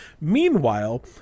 Meanwhile